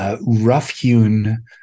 Rough-hewn